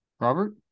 Robert